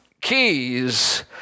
keys